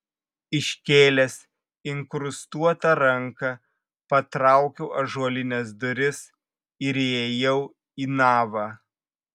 iškėlęs inkrustuotą ranką patraukiau ąžuolines duris ir įėjau į navą